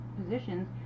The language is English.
positions